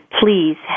please